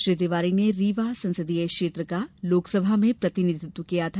श्री तिवारी ने रीवा संसदीय क्षेत्र का लोकसभा में प्रतिनिधित्व किया था